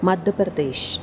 Madhya Pradesh